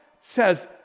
says